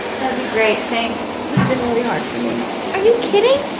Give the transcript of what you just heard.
that'd be great, thanks. this has been really hard for me. are you kidding?